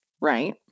right